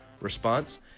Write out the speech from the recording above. response